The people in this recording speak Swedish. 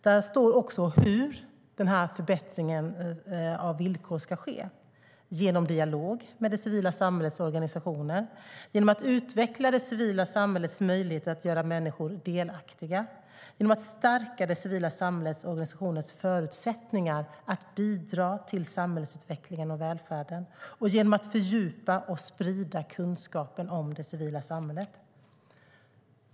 Där står också hur förbättringen av villkoren ska ske, nämligen genom dialog med det civila samhällets organisationer, genom att utveckla det civila samhällets möjlighet att göra människor delaktiga, genom att stärka det civila samhällets organisationers förutsättningar att bidra till samhällsutvecklingen och välfärden och genom att fördjupa och sprida kunskapen om det civila samhället.